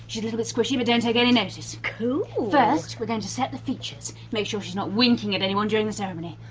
little but squishy but don't take any notice. cool! first we're going to set the features, make sure she's not winking at anyone during the ceremony.